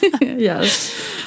Yes